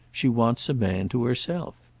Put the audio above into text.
she wants a man to herself.